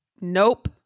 Nope